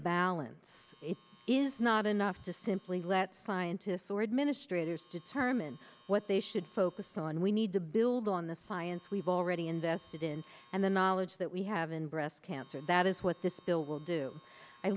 balance it is not enough to simply let scientists or administrators determine what they should focus on we need to build on the science we've already invested in and the knowledge that we have in breast cancer that is what this bill will do i